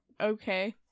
okay